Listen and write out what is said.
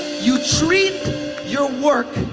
you treat your work